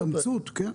התאמצות, כן.